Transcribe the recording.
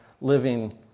living